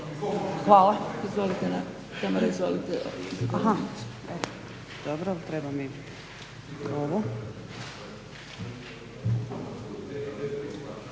Hvala